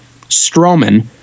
Strowman